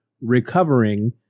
Recovering